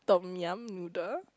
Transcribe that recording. tom-yum noodle